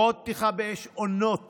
הוראות פתיחה באש עונות